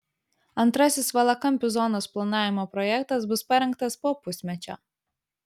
antrasis valakampių zonos planavimo projektas bus parengtas po pusmečio